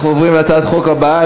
אנחנו עוברים להצעת החוק הבאה,